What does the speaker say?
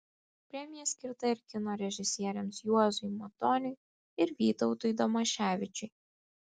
premija skirta ir kino režisieriams juozui matoniui ir vytautui damaševičiui